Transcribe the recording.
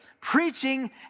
preaching